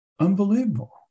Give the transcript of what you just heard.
unbelievable